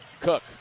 Cook